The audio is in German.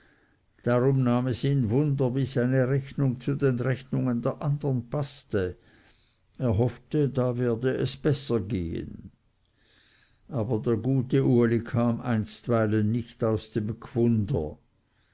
darum nahm es ihn wunder wie seine rechnung zu den rechnungen der andern paßte er hoffte da werde es besser gehen aber der gute uli kam einstweilen nicht aus dem gwunder